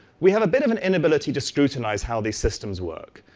we have a bits of an inability to scrutinize how these systems work.